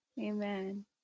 amen